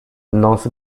nos